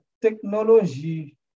technologie